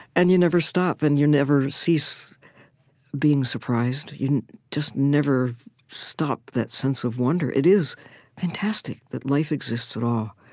and you never stop, and you never cease being surprised. you just never stop that sense of wonder. it is fantastic that life exists at all.